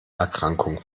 erkrankung